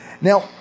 Now